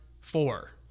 four